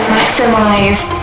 Maximize